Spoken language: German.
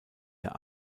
der